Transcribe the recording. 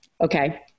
Okay